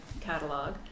catalog